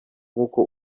nkuko